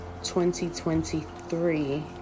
2023